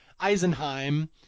Eisenheim